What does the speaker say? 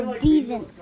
reason